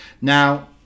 now